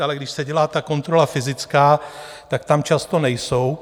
Ale když se dělá kontrola fyzická, tak tam často nejsou.